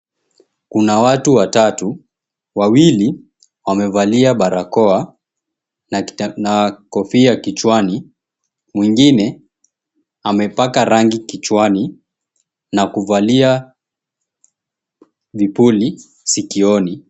Kuna watu watatu wawili wamevalia barakoa na kofia kichwani mwingine amepaka rangi kichwani na kuvalia vipuli sikioni.